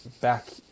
Back